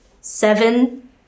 seven